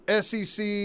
SEC